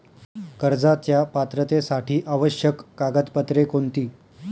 कर्जाच्या पात्रतेसाठी आवश्यक कागदपत्रे कोणती?